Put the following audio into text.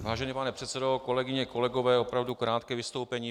Vážený pane předsedo, kolegyně, kolegové, opravdu krátké vystoupení.